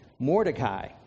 Mordecai